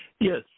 Yes